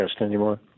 anymore